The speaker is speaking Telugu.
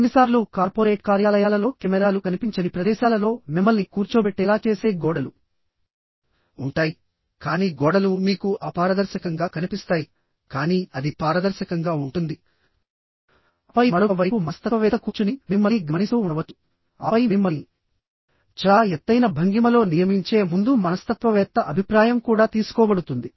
కొన్నిసార్లు కార్పొరేట్ కార్యాలయాలలో కెమెరాలు కనిపించని ప్రదేశాలలో మిమ్మల్ని కూర్చోబెట్టేలా చేసే గోడలు ఉంటాయికానీ గోడలు మీకు అపారదర్శకంగా కనిపిస్తాయికానీ అది పారదర్శకంగా ఉంటుందిఆపై మరొక వైపు మనస్తత్వవేత్త కూర్చుని మిమ్మల్ని గమనిస్తూ ఉండవచ్చుఆపై మిమ్మల్ని చాలా ఎత్తైన భంగిమలో నియమించే ముందు మనస్తత్వవేత్త అభిప్రాయం కూడా తీసుకోబడుతుంది